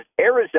arizona